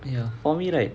ya for me right